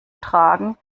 tragen